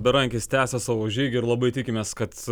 berankis tęsia savo žygį ir labai tikimės kad